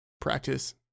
practice